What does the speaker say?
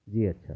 جی اچھا